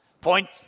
point